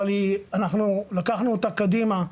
אבל אנחנו לקחנו אותה קדימה,